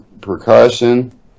percussion